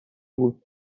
بود